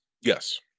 Yes